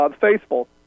faithful